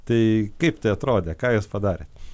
tai kaip tai atrodė ką jus padarėt